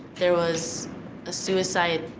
there was a suicide,